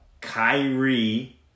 Kyrie